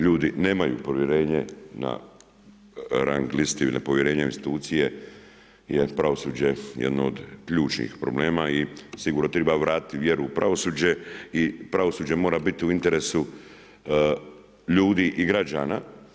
Ljudi nemaju povjerenje na rang listi povjerenje u institucije jer pravosuđe je jedno od ključnih problema i sigurno treba vratiti vjeru u pravosuđe i pravosuđe mora biti u interesu ljudi i građana.